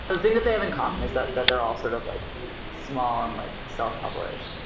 the thing that they have in common is that that they're all sort of like small and like self-published.